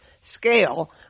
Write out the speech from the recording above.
scale